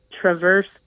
traverse